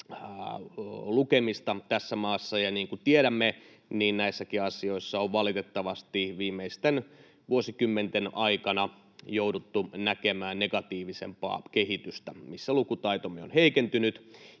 lukemista tässä maassa. Ja niin kuin tiedämme, näissäkin asioissa on valitettavasti viimeisten vuosikymmenten aikana jouduttu näkemään negatiivisempaa kehitystä, missä lukutaitomme on heikentynyt.